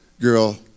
Girl